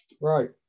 Right